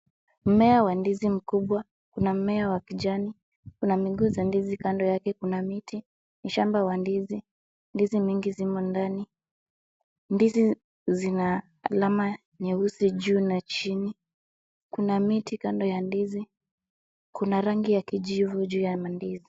Mmea wa ndizi mkubwa, kuna mmea wa kijani, kuna miguu za ndizi kando yake, kuna miti, ni shamba wa ndizi, ndizi mingi zimo ndani, ndizi zina alama nyeusi juu na chini, kuna miti kando ya ndizi, kuna rangi ya kijivu juu ya mandizi.